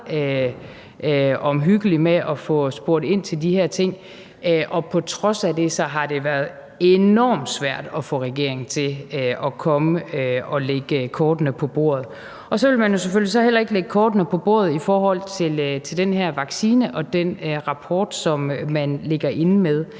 omhyggelig med at få spurgt ind til de her ting. Og på trods af det har det været enormt svært at få regeringen til at komme og lægge kortene på bordet. Og så vil man selvfølgelig så heller ikke lægge kortene på bordet i forhold til den her vaccine og den rapport, som man ligger inde med.